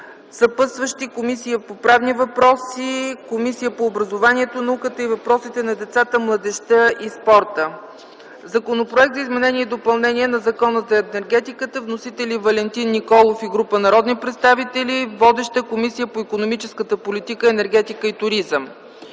Съпътстващи са Комисията по правни въпроси и Комисията по образованието, науката и въпросите на децата, младежта и спорта. Законопроект за изменение и допълнение на Закона за енергетиката. Вносители са Валентин Николов и група народни представители. Водеща е Комисията по икономическата политика, енергетика и туризъм.